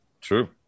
True